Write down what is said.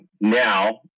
Now